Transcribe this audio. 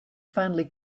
finally